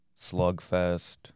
Slugfest